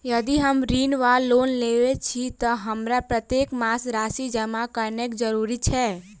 यदि हम ऋण वा लोन लेने छी तऽ हमरा प्रत्येक मास राशि जमा केनैय जरूरी छै?